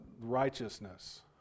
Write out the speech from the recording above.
righteousness